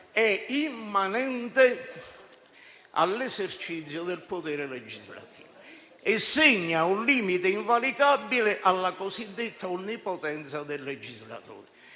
è immanente all'esercizio del potere legislativo e segna un limite invalicabile alla cosiddetta onnipotenza del legislatore.